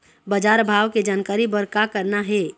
बजार भाव के जानकारी बर का करना हे?